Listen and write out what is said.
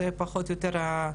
זה פחות או יותר התיקון?